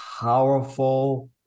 powerful